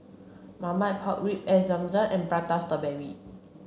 marmite pork ribs air Zam Zam and prata strawberry